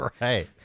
right